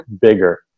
bigger